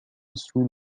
sous